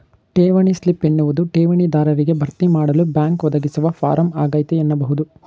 ಠೇವಣಿ ಸ್ಲಿಪ್ ಎನ್ನುವುದು ಠೇವಣಿ ದಾರರಿಗೆ ಭರ್ತಿಮಾಡಲು ಬ್ಯಾಂಕ್ ಒದಗಿಸುವ ಫಾರಂ ಆಗೈತೆ ಎನ್ನಬಹುದು